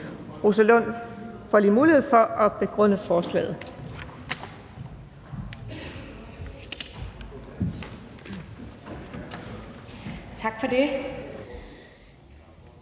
Rosa Lund får lige mulighed for at begrunde forslaget.